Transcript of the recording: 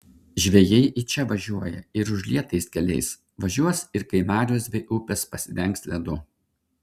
žvejai į čia važiuoja ir užlietais keliais važiuos ir kai marios bei upės pasidengs ledu